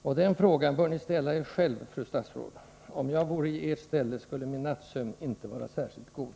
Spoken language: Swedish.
Och den frågan bör ni ställa er själv, fru statsråd! Om jag vore i ert ställe skulle min nattsömn inte vara särskilt god.